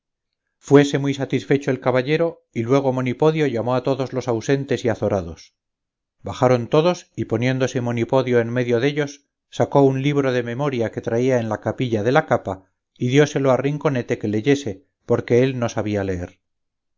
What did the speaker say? fuese muy satisfecho el caballero y luego monipodio llamó a todos los ausentes y azorados bajaron todos y poniéndose monipodio en medio dellos sacó un libro de memoria que traía en la capilla de la capa y dióselo a rinconete que leyese porque él no sabía leer